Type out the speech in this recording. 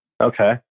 Okay